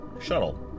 shuttle